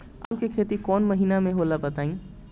आलू के खेती कौन महीना में होला बताई?